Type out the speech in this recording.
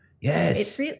Yes